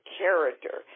character